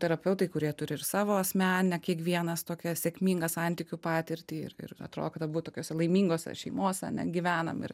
terapeutai kurie turi ir savo asmeninę kiekvienas tokią sėkmingą santykių patirtį ir ir atrodo kad abu tokiose laimingose šeimose ane gyvenam ir